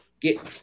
get